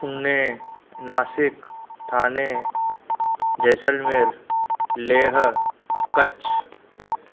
Pune Nashik Thane Jaisalmer Leh Kutch